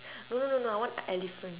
no no no no I want a elephant